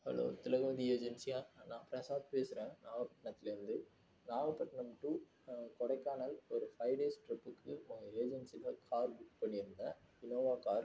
hello Thilagavathi ஏஜென்ஸியா நான் பிரசாத் பேசுகிறேன் நாகபட்னத்லேந்து நாகப்பட்டினம் டூ கொடைக்கானல் ஒரு ஃபைவ் டேஸ் ட்ரிப்புக்கு உங்கள் ஏஜென்ஸில கார் புக் பண்ணி இருந்தேன் இனோவா கார்